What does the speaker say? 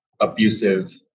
abusive